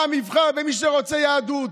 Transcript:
העם יבחר במי שרוצה יהדות,